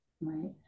right